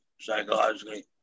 psychologically